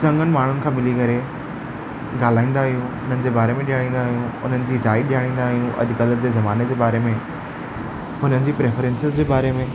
चङनि माण्हुनि सां मिली करे ॻाल्हाईन्दा आहियूं उन्हनि जे ॿारे में ॻाल्हाईन्दा आहियूं उन्हनि जी राइ ॼाणईन्दा आहियूं अॼकल्ह जे ज़माने जे बारे में उन्हनि जी प्रेफरेंस जे बारे में